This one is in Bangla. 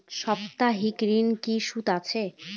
সাপ্তাহিক ঋণের কি সুবিধা আছে?